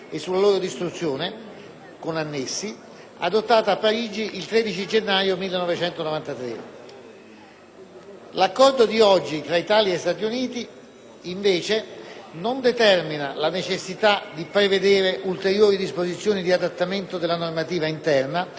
L'Accordo tra Italia e Stati Uniti oggi in esame invece non ha determinato la necessità di prevedere ulteriori disposizioni di adattamento della normativa interna né di modifica della legislazione vigente sotto il profilo sanzionatorio. Il sostrato dell'Accordo